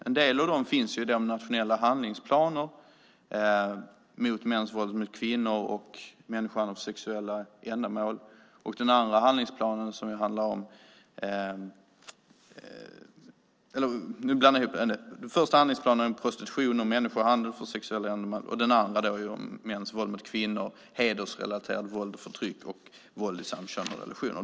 En del finns i de nationella handlingsplanerna mot prostitution och människohandel för sexuella ändamål samt mot mäns våld mot kvinnor, hedersrelaterat våld och förtryck samt våld i samkönade relationer.